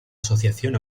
asociación